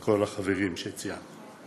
ולכל החברים שציינת.